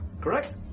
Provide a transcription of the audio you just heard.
correct